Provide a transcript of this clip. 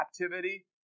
captivity